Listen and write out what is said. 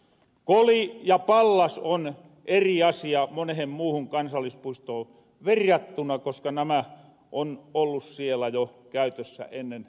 koli ja pallas on eri asia monehen muuhun kansallispuistoon verrattuna koska nämä on ollu sielä jo käytössä ennen perustamista